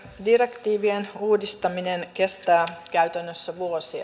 direktiivien uudistaminen kestää käytännössä vuosia